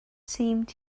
seemed